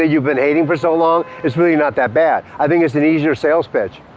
ah you've been hating for so long, it's really not that bad! i think it's an easier sales pitch.